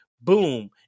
boom